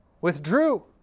withdrew